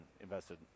invested